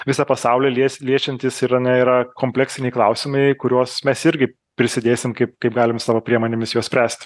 visą pasaulį lies liečiantys irane yra kompleksiniai klausimai kuriuos mes irgi prisidėsim kaip kaip galim savo priemonėmis juos spręsti